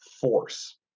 force